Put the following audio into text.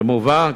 כמובן,